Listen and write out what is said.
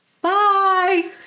Bye